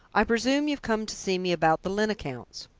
i presume you've come to see me about the lyne accounts?